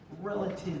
relative